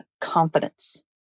confidence